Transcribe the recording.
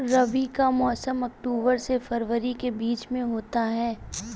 रबी का मौसम अक्टूबर से फरवरी के बीच में होता है